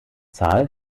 zahl